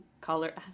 color